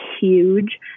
huge